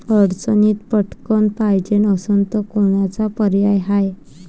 अडचणीत पटकण पायजे असन तर कोनचा पर्याय हाय?